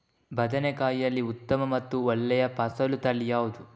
ಬದನೆಕಾಯಿಯಲ್ಲಿ ಉತ್ತಮ ಮತ್ತು ಒಳ್ಳೆಯ ಫಸಲು ತಳಿ ಯಾವ್ದು?